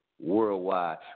worldwide